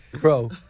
Bro